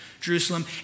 Jerusalem